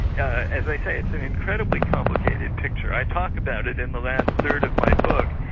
yeah as i say, it's an incredibly complicated picture. i talk about it in the last third of my book,